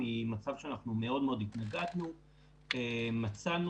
ממצב שאנחנו מאוד התנגדנו למצב שמצאנו